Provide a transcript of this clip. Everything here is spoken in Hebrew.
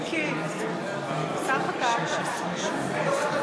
אני קובע כי הצעת החוק לא